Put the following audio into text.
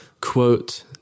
quote